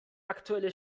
aktuelle